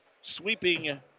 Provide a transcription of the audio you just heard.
Sweeping